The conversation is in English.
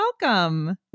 welcome